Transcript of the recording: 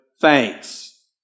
thanks